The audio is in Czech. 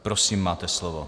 Prosím, máte slovo.